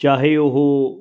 ਚਾਹੇ ਉਹ